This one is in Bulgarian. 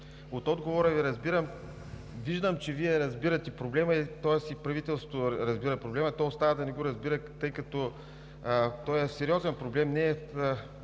от отговора Ви разбирам, виждам, че Вие разбирате проблема, тоест и правителството разбира проблема, то остава да не го разбира, тъй като той е сериозен проблем.